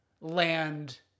land